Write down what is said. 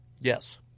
Yes